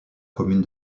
commune